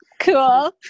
cool